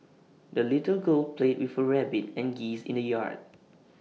the little girl played with her rabbit and geese in the yard